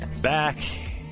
back